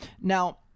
Now